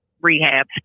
rehab